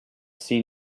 seen